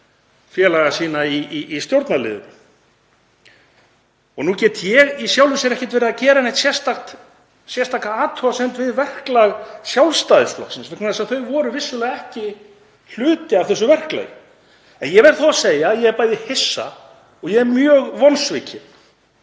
félaga sína í stjórnarliðinu. Nú get ég í sjálfu sér ekki verið að gera neina sérstaka athugasemd við verklag Sjálfstæðisflokksins vegna þess að hann var vissulega ekki hluti af þessu verklagi. En ég verð þó að segja að ég er bæði hissa og mjög vonsvikinn